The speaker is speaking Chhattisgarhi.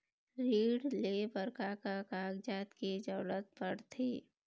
ऋण ले बर का का कागजात के जरूरत पड़थे?